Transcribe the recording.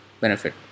benefit